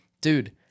dude